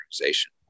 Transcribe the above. organization